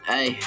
Hey